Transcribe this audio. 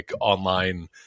online